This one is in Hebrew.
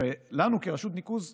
ולנו, כרשות ניקוז מרכזית,